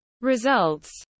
results